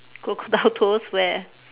crocodile tours where